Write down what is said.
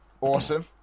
Awesome